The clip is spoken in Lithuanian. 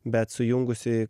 bet sujungus į